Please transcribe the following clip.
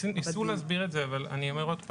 ניסו להסביר את זה, אני אומר עוד פעם,